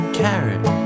carrot